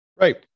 Right